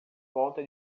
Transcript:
volta